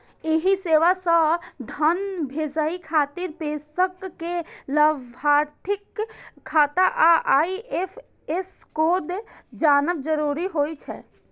एहि सेवा सं धन भेजै खातिर प्रेषक कें लाभार्थीक खाता आ आई.एफ.एस कोड जानब जरूरी होइ छै